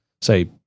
say